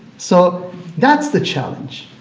so that's the challenge.